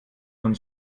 von